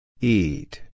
Eat